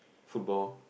football